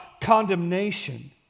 condemnation